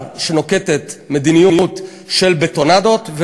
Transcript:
החלטנו: מאבק נגד גזענות.